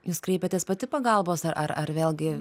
jūs kreipiatės pati pagalbos ar ar ar vėlgi